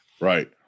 Right